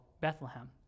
Bethlehem